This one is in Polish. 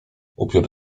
upiór